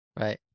Right